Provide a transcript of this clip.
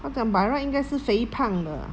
他讲 by right 应该是肥胖的